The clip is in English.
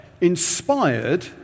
inspired